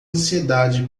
ansiedade